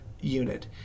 unit